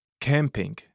Camping